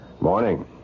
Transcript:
Morning